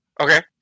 Okay